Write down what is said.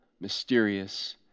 mysterious